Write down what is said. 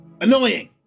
annoying